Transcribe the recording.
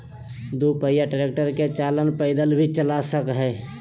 दू पहिया ट्रेक्टर के चालक पैदल भी चला सक हई